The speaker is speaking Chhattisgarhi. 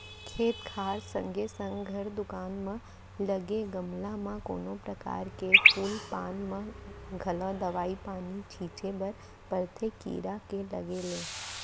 खेत खार संगे संग घर दुवार म लगे गमला म कोनो परकार के फूल पान म घलौ दवई पानी छींचे बर परथे कीरा के लगे ले